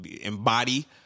embody